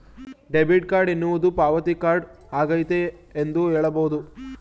debit card ಎನ್ನುವುದು ಪಾವತಿ card ಆಗೈತೆ ಎಂದು ಹೇಳಬಹುದು